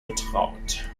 betraut